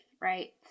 right